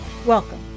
Welcome